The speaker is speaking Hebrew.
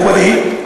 מכובדי.